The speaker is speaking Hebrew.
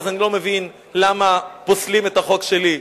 אני לא מבין למה פוסלים את החוק שלי,